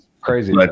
crazy